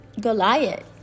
Goliath